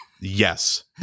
yes